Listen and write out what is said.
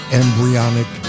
embryonic